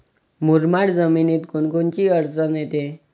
मुरमाड जमीनीत कोनकोनची अडचन येते?